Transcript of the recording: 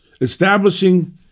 Establishing